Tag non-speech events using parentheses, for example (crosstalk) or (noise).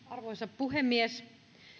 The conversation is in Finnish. (unintelligible) arvoisa puhemies